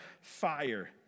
fire